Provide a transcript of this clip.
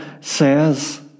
says